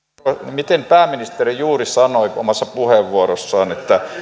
miten pääministeri juuri sanoi omassa puheenvuorossaan että